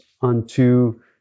unto